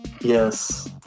Yes